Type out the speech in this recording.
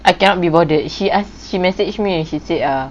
I cannot be bothered she ah messaged me and she said uh